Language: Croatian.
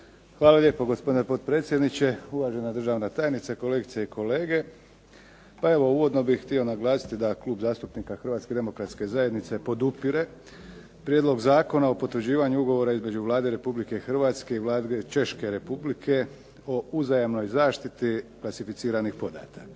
Hvala lijepo gospodine potpredsjedniče. Uvažena državna tajnice, kolegice i kolege. Pa evo uvodno bih htio naglasiti da Klub zastupnika HDZ-a podupire Prijedlog Zakona o potvrđivanju ugovora između Vlada Republike Hrvatske i Vlade Češke Republike o uzajamnoj zaštiti klasificiranih podataka.